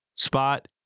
spot